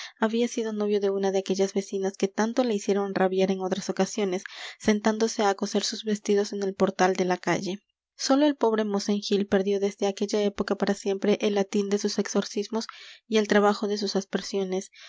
había sido novio de una de aquellas vecinas que tanto la hicieron rabiar en otras ocasiones sentándose á coser sus vestidos en el portal de la calle sólo el pobre mosén gil perdió desde aquella época para siempre el latín de sus exorcismos y el trabajo de sus aspersiones